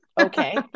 okay